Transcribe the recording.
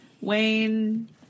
Wayne